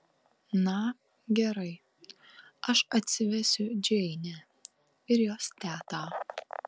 na gerai aš atsivesiu džeinę ir jos tetą